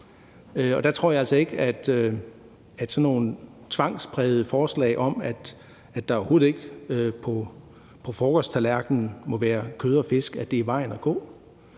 Og der tror jeg altså ikke, at sådan nogle tvangsprægede forslag om, at der på frokosttallerkenen overhovedet ikke må være kød og fisk, er vejen at gå.